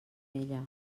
ella